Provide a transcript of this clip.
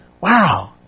Wow